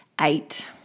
eight